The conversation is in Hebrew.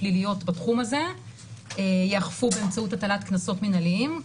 פליליות בתחום הזה יאכפו באמצעות הטלת קנסות מנהליים.